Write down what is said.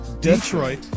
Detroit